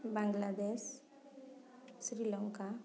Bangladesh Sri Lanka